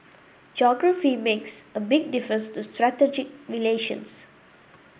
geography makes a big difference to strategic relations